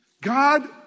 God